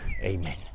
Amen